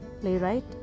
playwright